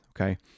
okay